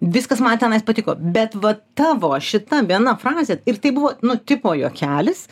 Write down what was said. viskas man tenais patiko bet vat tavo šita viena frazė ir tai buvo nu tipo juokelis